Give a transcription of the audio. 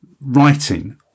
writing